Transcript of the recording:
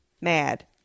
mad